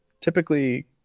typically